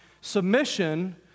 submission